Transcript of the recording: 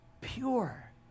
pure